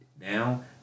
Now